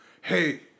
hey